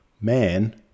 man